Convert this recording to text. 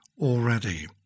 already